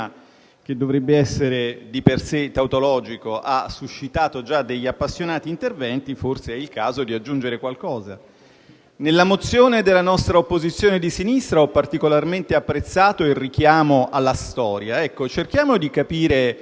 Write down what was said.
che dovrebbe essere di per sé tautologico, ha suscitato già degli appassionati interventi, forse è il caso di aggiungere qualcosa. Nella mozione della nostra opposizione di sinistra ho particolarmente apprezzato il richiamo alla storia. Cerchiamo dunque